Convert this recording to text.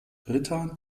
ritter